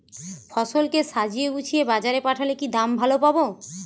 ফসল কে সাজিয়ে গুছিয়ে বাজারে পাঠালে কি দাম ভালো পাব?